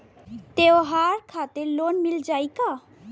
त्योहार खातिर लोन मिल जाई का?